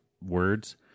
words